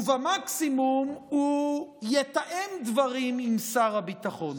ומקסימום הוא יתאם דברים עם שר הביטחון.